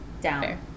down